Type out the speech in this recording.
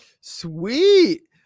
Sweet